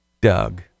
Doug